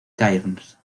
cairns